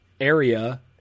area